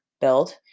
build